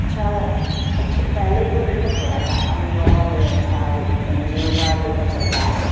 اچھا اچھے پہلے تو دقت ہو رہا تھا اب بہت ہی اچھا این جی او کا ڈیٹا چلتا ہے